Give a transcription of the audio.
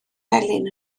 melyn